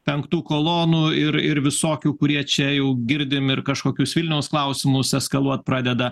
penktų kolonų ir ir visokių kurie čia jau girdim ir kažkokius vilniaus klausimus eskaluot pradeda